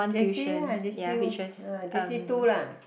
J_C uh J_C_U ah J_C two lah